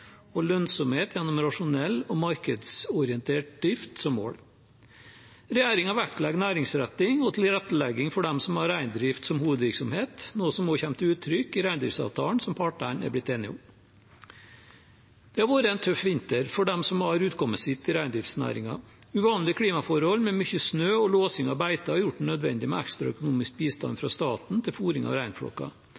og lønnsomhet gjennom en rasjonell og markedsorientert drift som mål. Regjeringen vektlegger næringsretting og tilrettelegging for dem som har reindrift som hovedvirksomhet, noe som også kommer til uttrykk i reindriftsavtalen som partene har blitt enige om. Det har vært en tøff vinter for dem som har utkommet sitt i reindriftsnæringen. Uvanlige klimaforhold, med mye snø og låsing av beiter, har gjort det nødvendig med ekstra økonomisk bistand